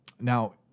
Now